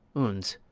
oons!